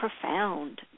profound